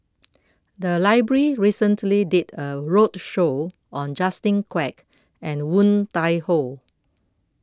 the library recently did a roadshow on Justin Quek and Woon Tai Ho